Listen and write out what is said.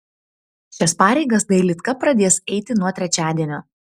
šias pareigas dailydka pradės eiti nuo trečiadienio